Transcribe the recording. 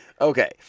Okay